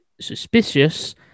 suspicious